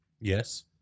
Yes